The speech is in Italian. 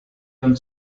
non